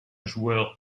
joueur